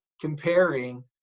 comparing